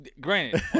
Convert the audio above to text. Granted